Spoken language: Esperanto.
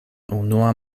unua